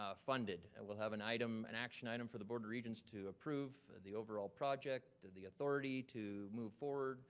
ah funded. and we'll have an item, an action item for the board of regents to approve the overall project to the authority to move forward